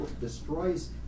destroys